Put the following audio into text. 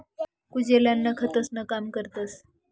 कुजेल अन्न खतंसनं काम करतस